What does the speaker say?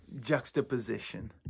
juxtaposition